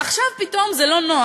עכשיו פתאום זה לא נוח,